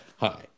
Hi